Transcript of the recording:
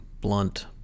Blunt